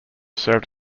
served